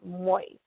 moist